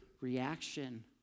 reaction